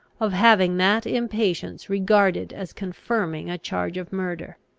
of having that impatience regarded as confirming a charge of murder.